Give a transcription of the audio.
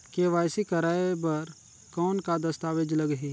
KYC कराय बर कौन का दस्तावेज लगही?